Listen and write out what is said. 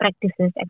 practices